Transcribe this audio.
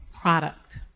product